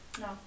no